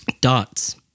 dots